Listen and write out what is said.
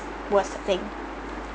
worst thing